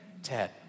Ted